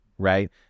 Right